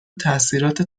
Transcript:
تاثیرات